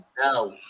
No